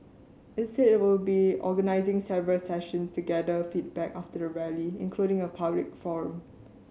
it said it will be organising several sessions to gather feedback after the Rally including a public forum